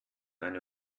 eine